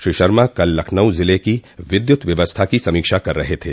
श्री शर्मा कल लखनऊ जिले की विद्युत व्यवस्था की समीक्षा कर रहे थे